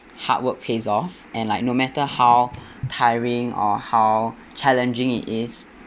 hard work pays off and like no matter how tiring or how challenging it is